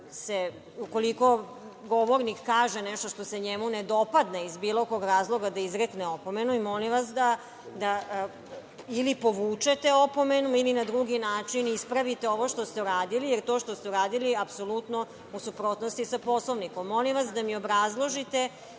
može, ukoliko govornik kaže nešto što se njemu ne dopadne iz bilo kog razloga, da izrekne opomenu. Molim vas, da ili povučete opomenu ili na drugi način ispravite ovo što ste uradili, jer to što ste uradili je apsolutno u suprotnosti sa Poslovnikom.